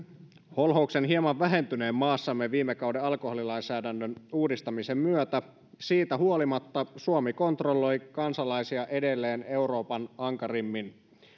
holhouksen hieman vähentyneen maassamme viime kauden alkoholilainsäädännön uudistamisen myötä siitä huolimatta suomi kontrolloi kansalaisiaan edelleen euroopan ankarimmin